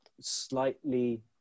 slightly